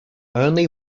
only